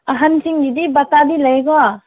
ꯑꯍꯟꯁꯤꯡꯒꯤꯗꯤ ꯕꯥꯇꯥꯗꯤ ꯂꯩꯀꯣ